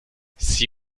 sii